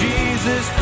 Jesus